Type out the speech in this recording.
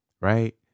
Right